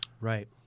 Right